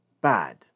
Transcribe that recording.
bad